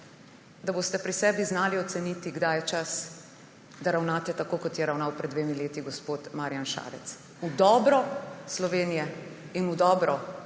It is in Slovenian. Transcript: pri sebi znali oceniti, kdaj je čas, da ravnate tako, kot je ravnal pred dvema leti gospod Marjan Šarec v dobro Slovenije in v dobro naših